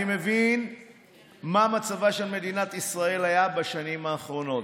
אני מבין מה היה מצבה של מדינת ישראל בשנים האחרונות,